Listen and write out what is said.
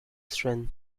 strength